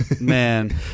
man